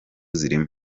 zirimo